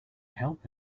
help